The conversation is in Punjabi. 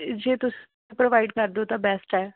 ਜੇ ਤੁਸੀਂ ਪ੍ਰੋਵਾਈਡ ਕਰ ਦੋ ਤਾਂ ਬੈਸਟ ਹੈ